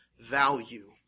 value